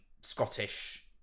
Scottish